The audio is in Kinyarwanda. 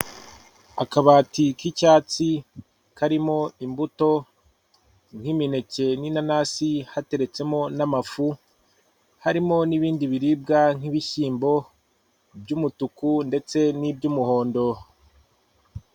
Akabati k'icyatsi karimo imbuto nk'imineke n'inanasi, hateretsemo n'amafu, harimo n'ibindi biribwa nk'ibishyimbo by'umutuku ndetse n'iby'umuhondo.